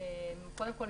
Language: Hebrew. קודם כול,